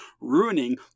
ruining